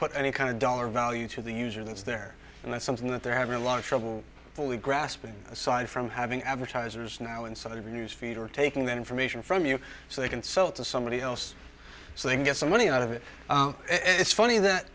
put any kind of dollar value to the user that's there and that's something that they're having a lot of trouble fully grasping aside from having advertisers now in sort of a news feed or taking that information from you so they can sell it to somebody else so they can get some money out of it it's funny that